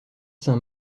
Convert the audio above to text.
saint